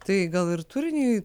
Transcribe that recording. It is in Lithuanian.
tai gal ir turiniui